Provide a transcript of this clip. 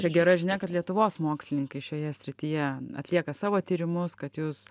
čia gera žinia kad lietuvos mokslininkai šioje srityje atlieka savo tyrimus kad jūs